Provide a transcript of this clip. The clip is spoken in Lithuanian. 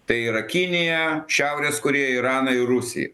tai yra kiniją šiaurės korėją iraną ir rusiją